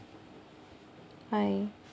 bye